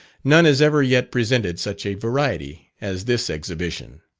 none has ever yet presented such a variety as this exhibition.